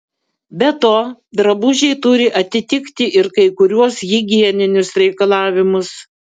be to drabužiai turi atitikti ir kai kuriuos higieninius reikalavimus